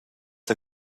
der